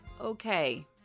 okay